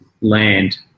land